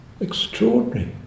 extraordinary